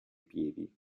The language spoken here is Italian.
piedi